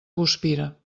guspira